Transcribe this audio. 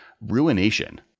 Ruination